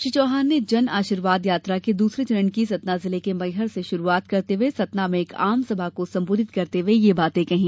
श्री चौहान ने जन आशीर्वाद यात्रा के दूसरे चरण की सतना जिले के मैहर से शुरूआत करते हुए सतना में एक जनसभा को संबोधित करते हुए यह बातें कहीं